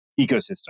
ecosystem